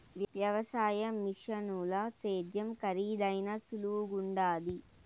వ్యవసాయ మిషనుల సేద్యం కరీదైనా సులువుగుండాది